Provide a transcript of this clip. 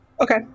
Okay